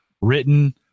written